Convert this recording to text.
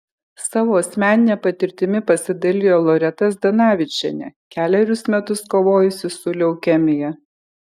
savo asmenine patirtimi pasidalijo loreta zdanavičienė kelerius metus kovojusi su leukemija